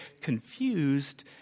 confused